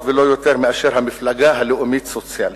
ולא יותר מאשר המפלגה הלאומית-סוציאלית.